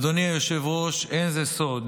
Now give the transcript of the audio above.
אדוני היושב-ראש, זה לא סוד